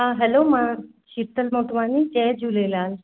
हा हलो मां शीतल मोटवानी जय झूलेलाल